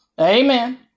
Amen